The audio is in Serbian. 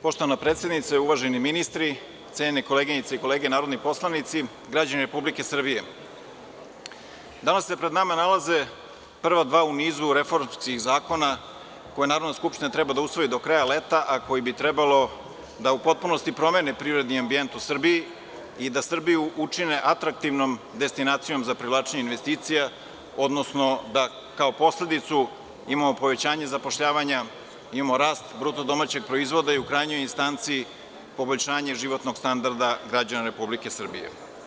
Poštovana predsednice, uvaženi ministri, cenjene koleginice i kolege narodni poslanici, građani Republike Srbije, danas se pred nama nalaze prva dva u nizu reformskih zakona koje Narodna skupština treba da usvoji do kraja leta, a koji bi trebalo da u potpunosti promene privredni ambijent u Srbiji i da Srbiju učine atraktivnom destinacijom za privlačenje investicija, odnosno da kao posledicu imamo povećanje zapošljavanja, imamo rast bruto domaćeg proizvoda i u krajnjoj instanci poboljšanje životnog standarda građana Republike Srbije.